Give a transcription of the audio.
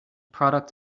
product